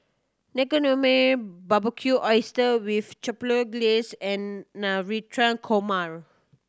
Naengmyeon Barbecued Oyster with Chipotle Glaze and Navratan Korma